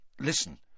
Listen